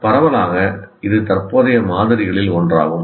பரவலாக இது தற்போதைய மாதிரிகளில் ஒன்றாகும்